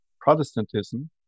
Protestantism